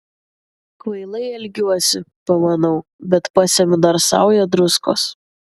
kvailai elgiuosi pamanau bet pasemiu dar saują druskos